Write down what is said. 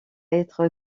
être